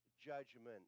judgment